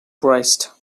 christ